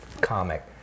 comic